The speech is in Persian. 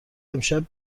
امشب